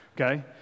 okay